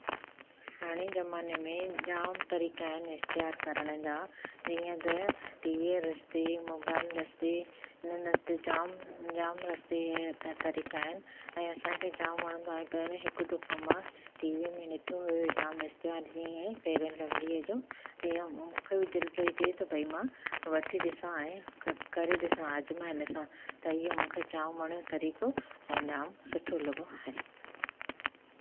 हाणे जमाने में जाम तरीका आहिनि इश्तेहारु करण जा जीअं त टीवीअ रस्ते मोबाइल रस्ते हिननि रस्ते जाम जाम रस्ते तरीका आहिनि ऐं असांखे जाम वणंदो आहे पहिरें हिकु दफ़ो मां टीवीअ में ॾिठो हुओ जाम इश्तेहारु जीअं ई फेयर एंड लवलीअ जो तीअं मूंखे बि दिलि पई थे भई मां वठी ॾिसां ऐं करे ॾिसां आज़माए ॾिसां त इहो मूंखे जाम वणियो तरीको ऐं जाम सुठो लॻो हरिओम